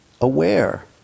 aware